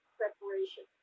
preparation